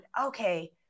okay